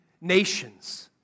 nations